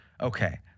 Okay